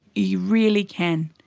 you really can.